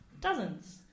Dozens